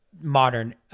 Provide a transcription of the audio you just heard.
modern